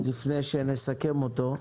לפני שנסכם אותו.